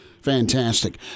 fantastic